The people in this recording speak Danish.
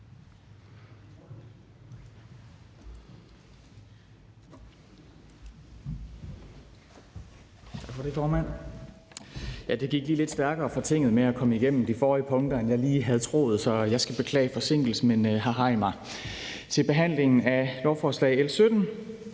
det gik lidt stærkere for Tinget med at komme igennem de forrige punkter, end jeg lige havde troet, så jeg skal beklage forsinkelsen, men her har I mig til behandling af lovforslag L 17,